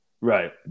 Right